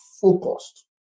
focused